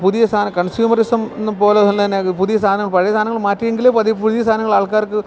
പുതിയ സാധനം കൺസ്യൂമറിസം എന്ന് പോലെ നല്ലത് തന്നെ പുതിയ സാധനങ്ങൾ പഴയ സാധനങ്ങള് മാറ്റിയെങ്കില് പതിവ് പുതിയ സാധനങ്ങള് ആൾക്കാർക്ക്